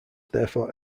therefore